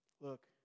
Look